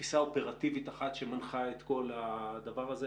תפיסה אופרטיבית אחת שמנחה את כל הדבר הזה.